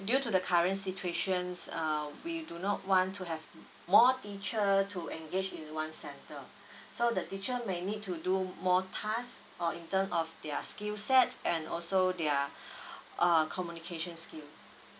due to the current situations uh we do not want to have more teacher to engage in one centre so the teacher may need to do more tasks or in term of their skill sets and also their err communication skill